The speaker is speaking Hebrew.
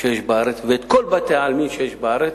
שיש בארץ ואת כל בתי-העלמין שיש בארץ,